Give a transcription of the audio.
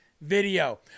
video